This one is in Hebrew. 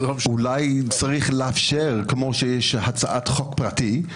אולי צריך לאפשר, כמו שיש הצעת חוק פרטית,